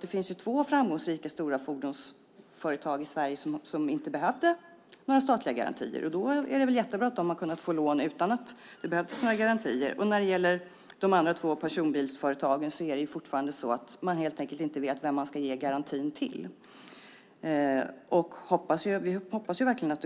Det finns ju två framgångsrika stora fordonsföretag i Sverige som inte behövde några statliga garantier. Det är väl jättebra att de har kunnat få lån utan att det behövdes några garantier. När det gäller de andra två personbilsföretagen vet man fortfarande helt enkelt inte vem man ska ge garantin till. Vi hoppas verkligen att